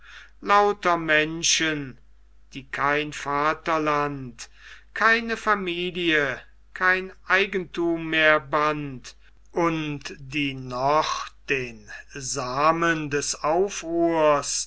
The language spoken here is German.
lauter menschen die kein vaterland keine familie kein eigenthum mehr band und die noch den samen des aufruhrs